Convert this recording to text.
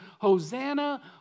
Hosanna